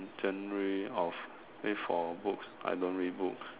genre of eh for books I don't read books